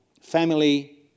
family